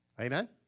Amen